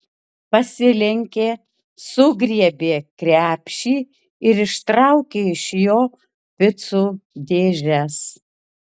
pasilenkė sugriebė krepšį ir ištraukė iš jo picų dėžes